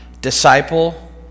disciple